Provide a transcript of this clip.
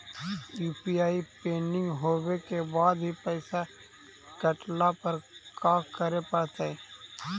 UPI pending होवे के बाद भी पैसा कटला पर का करे पड़तई?